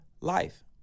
life